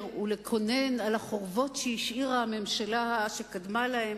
ולקונן על החורבות שהשאירה הממשלה שקדמה להן